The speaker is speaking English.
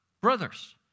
brothers